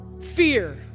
Fear